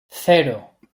cero